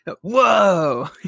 Whoa